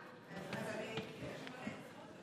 אתה שומר לי את הזכות?